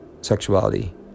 sexuality